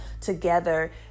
together